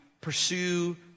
pursue